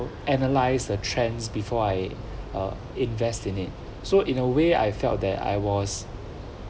analyze the trends before I uh invest in it so in a way I felt that I was